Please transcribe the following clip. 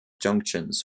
junctions